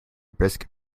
brisk